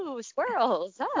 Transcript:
squirrels